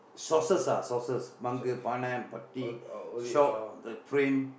sources ah sources மங்கு பானை சட்டி:mangku paanai satdi shop the frame